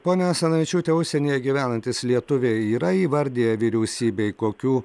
ponia asanavičiūte užsienyje gyvenantys lietuviai yra įvardiję vyriausybei kokių